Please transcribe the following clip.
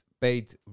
paid